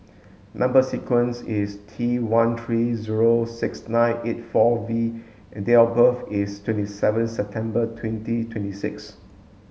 number sequence is T one three zero six nine eight four V and date of birth is twenty seven September twenty twenty six